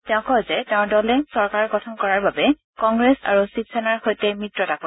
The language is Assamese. তেওঁ কয় যে তেওঁৰ দলে চৰকাৰ গঠন কৰাৰ বাবে কংগ্ৰেছ আৰু শিৱসেনাৰ সৈতে মিত্ৰতা কৰিব